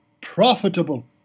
profitable